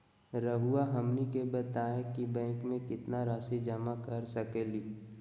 रहुआ हमनी के बताएं कि बैंक में कितना रासि जमा कर सके ली?